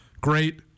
great